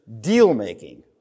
deal-making